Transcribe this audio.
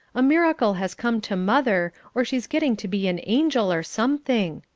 a miracle has come to mother, or she's getting to be an angel, or something,